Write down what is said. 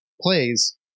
plays